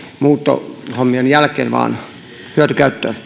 muuttohommien jälkeen vaan otetaan hyötykäyttöön